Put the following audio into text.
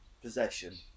possession